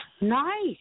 Nice